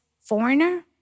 foreigner